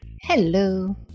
hello